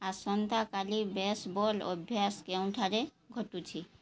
ଆସନ୍ତାକାଲି ବେସବଲ୍ ଅଭ୍ୟାସ କେଉଁଠାରେ ଘଟୁଛି